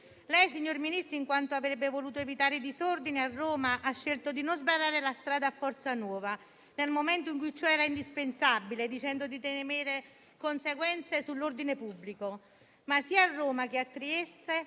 Lei, signor Ministro, volendo evitare disordini a Roma, ha scelto di non sbarrare la strada a Forza Nuova nel momento in cui ciò era indispensabile, dicendo di temere conseguenze sull'ordine pubblico, ma, sia a Roma che a Trieste,